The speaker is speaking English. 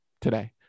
today